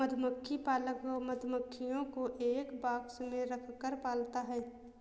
मधुमक्खी पालक मधुमक्खियों को एक बॉक्स में रखकर पालता है